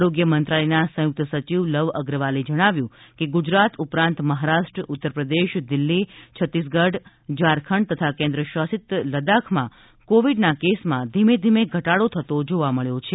આરોગ્ય મંત્રાલયના સંયુક્ત સચિવ લવ અગ્રવાલે જણાવ્યું છે કે ગુજરાત ઉપરાંત મહારાષ્ટ્ર ઉત્તરપ્રદેશ દિલ્હી છત્તીસગઢ ઝારખંડ તથા કેન્દ્ર શાસિત લદ્દાખમાં કોવીડના કેસમાં ધીમે ધીમે ઘટાડો થતો જોવા મળ્યો છે